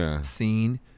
scene